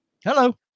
Hello